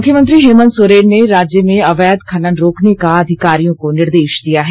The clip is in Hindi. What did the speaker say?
मुख्यमंत्री हेमंत सोरेन ने राज्य में अवैध खनन रोकने का अधिकारियों को निर्देश दिया है